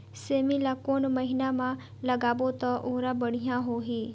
सेमी ला कोन महीना मा लगाबो ता ओहार बढ़िया होही?